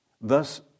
Thus